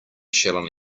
shall